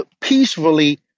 peacefully